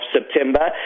September